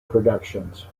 productions